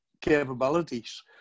capabilities